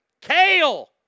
Kale